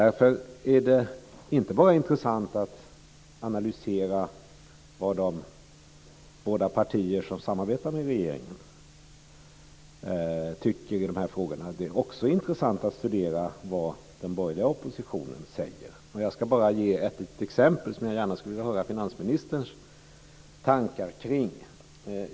Därför är det intressant att inte bara analysera vad de båda partier som samarbetar med regeringen tycker i de här frågorna. Det är också intressant att studera vad den borgerliga oppositionen säger. Jag ska bara ge ett exempel, som jag gärna skulle vilja höra finansministerns tankar kring.